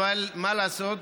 אבל, מה לעשות,